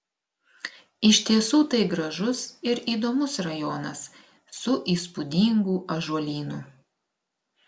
iš tiesų tai gražus ir įdomus rajonas su įspūdingu ąžuolynu